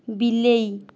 ବିଲେଇ